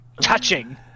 touching